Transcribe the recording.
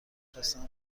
خواستم